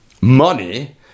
money